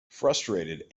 frustrated